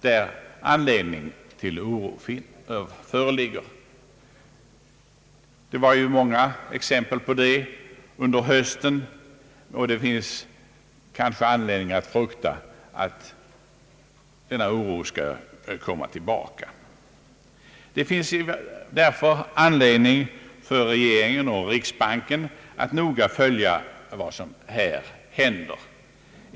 Det fanns ju många exempel på sådana valutapolitiska orosmoment under hösten, och det finns kanske anledning att frukta att denna oro skall komma tillbaka. Det finns därför skäl för regeringen och riksbanken att noga följa vad som här händer.